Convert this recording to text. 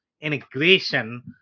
integration